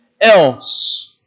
else